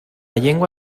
llengua